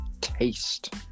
taste